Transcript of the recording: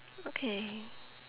okay